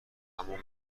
همان